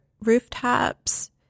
rooftops